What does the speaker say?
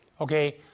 Okay